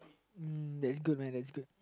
uh that's good man that's good